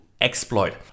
exploit